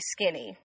skinny